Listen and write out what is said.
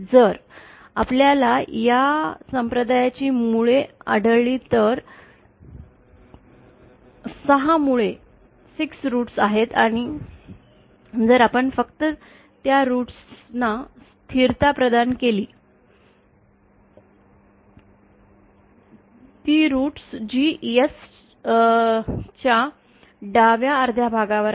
जर आपल्याला या संप्रदायाची मुळे आढळली तर 6 मुळे आहेत आणि जर आपण फक्त त्या मुळांना स्थिरता प्रदान केली ती मुळे जी Sच्या डाव्या अर्ध्या भागावर आहेत